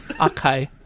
Okay